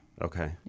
Okay